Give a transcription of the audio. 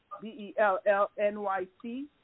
B-E-L-L-N-Y-C